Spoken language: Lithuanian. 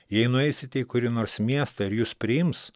jei nueisite į kurį nors miestą ir jus priims